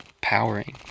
powering